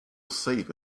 safe